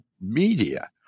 media